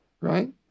right